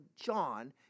John